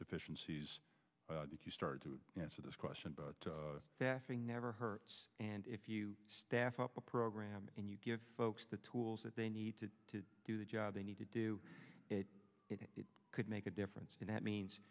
deficiencies if you started to answer this question but that never hurts and if you staff up a program and you give folks the tools that they need to do the job they need to do it it could make a difference in that means